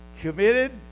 committed